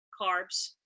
carbs